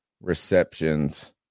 receptions